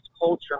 culture